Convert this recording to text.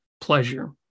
pleasure